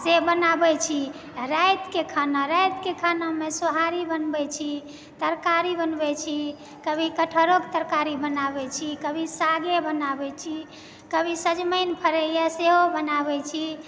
से बनाबै छी रातिके खाना रातिके खानामे सोहारी बनबै छी तरकारी बनबै छी कभी कटहरोक तरकारी बनाबै छी कभी सागे बनाबै छी कभी सजमनि फड़ैए सेहो बनाबै छी